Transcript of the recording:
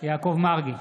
יעקב מרגי,